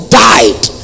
died